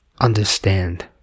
understand